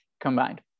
Combined